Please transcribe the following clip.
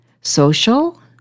social